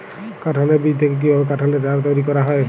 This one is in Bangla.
কাঁঠালের বীজ থেকে কীভাবে কাঁঠালের চারা তৈরি করা হয়?